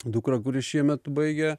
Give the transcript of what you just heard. dukrą kuri šiemet baigia